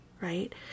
Right